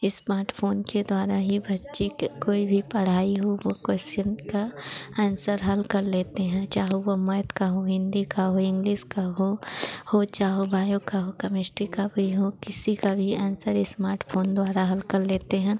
smartphone के द्वारा ही बच्चे की कोई भी पढ़ाई हो वह कोश्चन का ऐन्सर हल कर लेते हैं चाहो वह मइथ का हो हिन्दी का हो इंग्लिस का हो हो चाहो बायो का हो कैमिश्टी का भी हो किसी का भी ऐन्सर इस्माटफ़ोन द्वारा हल कर लेते हैं